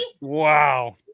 Wow